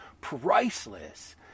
priceless